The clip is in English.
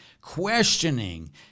Questioning